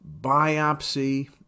biopsy